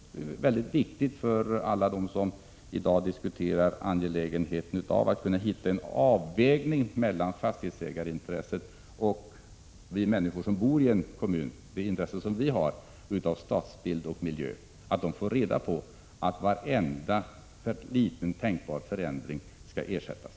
Det är mycket viktigt att alla de som i dag diskuterar angelägenheten av att hitta en avvägning mellan fastighetsägareintresset och de intressen som vi som bor i en kommun har av stadsbild och miljö får reda på att varenda liten tänkbar förändring skall ersättas.